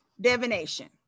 divination